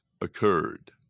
occurred